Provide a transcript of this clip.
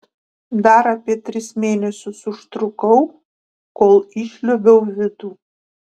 dar apie tris mėnesius užtrukau kol išliuobiau vidų